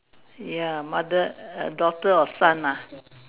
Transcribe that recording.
ya mother err daughter or son lah